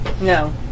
No